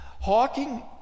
Hawking